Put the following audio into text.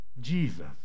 Jesus